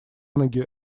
ноги